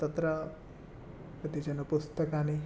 तत्र कतिचन पुस्तकानि